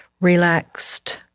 relaxed